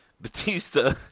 Batista